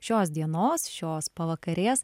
šios dienos šios pavakarės